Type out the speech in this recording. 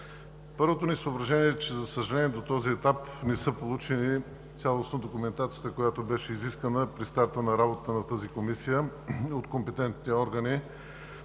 Първото ни съображение е, че, за съжаление, до този етап не са получили цялостно документацията, която беше изискана при старта на работата на тази Комисия от компетентните органи